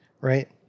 Right